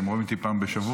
כי הם רואים אותי פעם בשבוע.